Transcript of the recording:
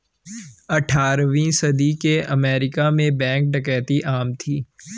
अठारहवीं सदी के अमेरिका में बैंक डकैती आम थी